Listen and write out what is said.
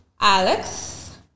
Alex